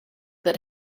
that